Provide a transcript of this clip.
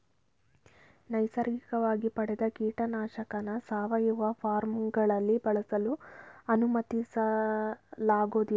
ನೈಸರ್ಗಿಕವಾಗಿ ಪಡೆದ ಕೀಟನಾಶಕನ ಸಾವಯವ ಫಾರ್ಮ್ಗಳಲ್ಲಿ ಬಳಸಲು ಅನುಮತಿಸಲಾಗೋದಿಲ್ಲ